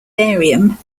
barium